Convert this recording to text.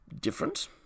different